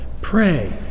pray